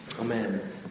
Amen